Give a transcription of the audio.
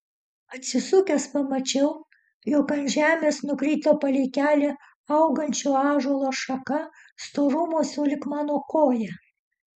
atsisukęs pamačiau jog ant žemės nukrito palei kelią augančio ąžuolo šaka storumo sulig mano koja